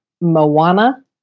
Moana